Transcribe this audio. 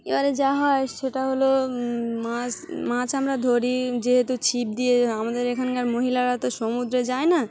এবারে যা হয় সেটা হলো মাছ মাছ আমরা ধরি যেহেতু ছিপ দিয়ে আমাদের এখানকার মহিলারা তো সমুদ্রে যায় না